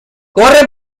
corre